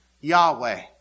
Yahweh